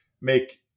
make